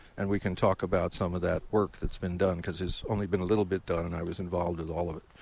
and we can talk about some of that work that's been done because there's only been a little bit done, and i was involved in all of it.